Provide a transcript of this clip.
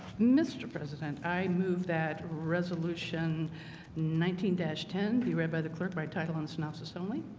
mr. president i move that resolution nineteen dash ten be read by the clerk by title on the synopsis only